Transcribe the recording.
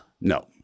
No